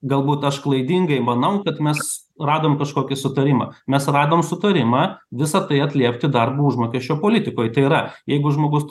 galbūt aš klaidingai manau kad mes radom kažkokį sutarimą mes radom sutarimą visa tai atliepti darbo užmokesčio politikoj tai yra jeigu žmogus